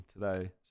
today